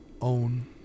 own